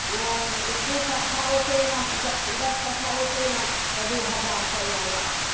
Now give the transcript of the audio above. दू कट्ठा रोपेलहुँ दस कट्ठा रोपेलहुँ तऽ दू हजार रुपैआ लागल